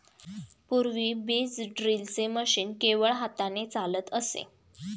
पूर्वी बीज ड्रिलचे मशीन केवळ हाताने चालत असे